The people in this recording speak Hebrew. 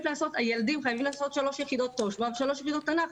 הילדים חייבים לעשות 3 יחידות תושב"ע ו-3 יחידות תנ"ך.